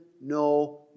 no